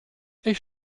ich